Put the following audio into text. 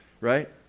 right